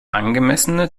angemessene